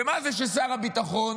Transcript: ומה זה ששר הביטחון